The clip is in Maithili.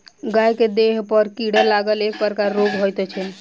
गाय के देहपर कीड़ा लागब एक प्रकारक रोग होइत छै